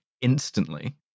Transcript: instantly